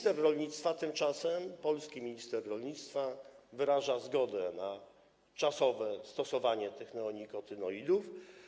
Tymczasem polski minister rolnictwa wyraża zgodę na czasowe stosowanie tych neonikotynoidów.